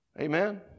Amen